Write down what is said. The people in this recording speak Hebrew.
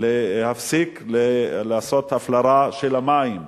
להפסיק לעשות הפלרה של המים,